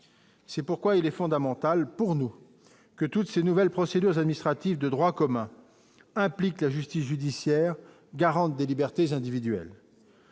c'est pourquoi il est fondamental pour nous que toutes ces nouvelles procédures administratives de droit commun implique la justice judiciaire garante des libertés individuelles,